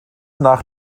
nach